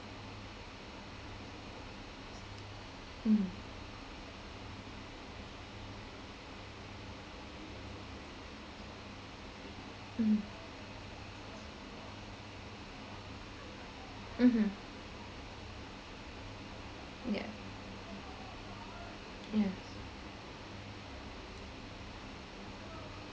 mm mm mmhmm yeah yeah